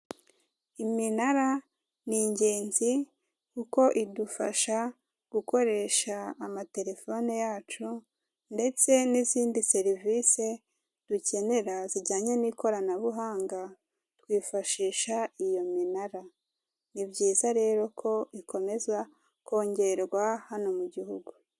Iminara ni ingenzi kuko idufasha gukoresha amaterefone yacu, ndetse n'izindi serivisi dukenera zijyanye n'ikoranabuhanga. Twifashisha iyo minara; ni byiza rero ko ikomeza kongerwa hano mu gihugu.